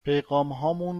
پیغامهامون